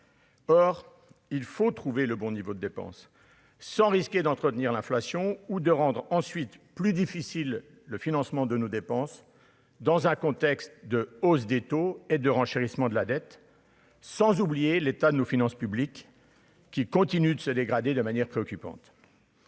Or, il faut trouver le bon niveau de dépenses sans risquer d'entretenir l'inflation ou de rendre ensuite plus difficile le financement de nos dépenses dans un contexte de hausse des taux et de renchérissement de la dette, sans oublier l'état de nos finances publiques, qui continue de se dégrader de manière préoccupante.